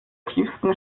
tiefsten